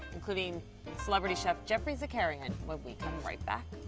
including celebrity chef geoffrey zakarian when we come right back.